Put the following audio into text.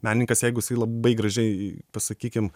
menininkas jeigu jisai labai gražiai pasakykim